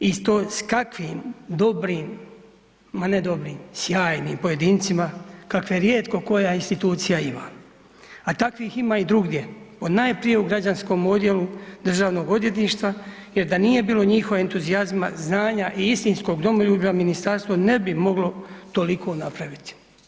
I to sa kakvim dobrim, ma ne dobrim, sjajnim pojedincima kakve rijetko koja institucija ima, a takvih ima i drugdje ponajprije u građanskom odjelu Državnog odvjetništva jer da nije bilo njihovog entuzijazma, znanja i istinskog domoljublja, ministarstvo ne bi moglo toliko napraviti.